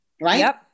right